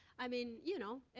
i mean, you know.